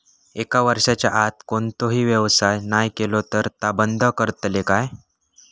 एक वर्षाच्या आत कोणतोही व्यवहार नाय केलो तर ता बंद करतले काय?